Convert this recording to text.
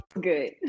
Good